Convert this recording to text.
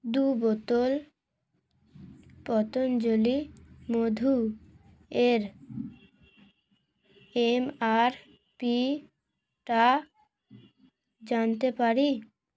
দু বোতল পতঞ্জলি মধু এর এমআরপি টা জানতে পারি